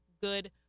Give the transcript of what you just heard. good